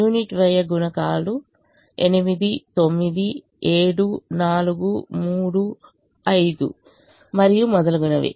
unit వ్యయ గుణకాలు 8 9 7 4 3 5 మరియు మొదలగునవి